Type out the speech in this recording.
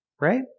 right